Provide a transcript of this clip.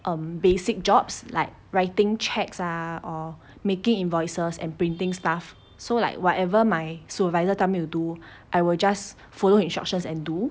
um basic jobs like writing cheques ah or making invoices and printing stuff so like whatever my supervisor tell me to do I will just follow instructions and do